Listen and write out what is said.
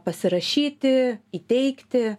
pasirašyti įteikti